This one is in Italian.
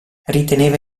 riteneva